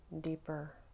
deeper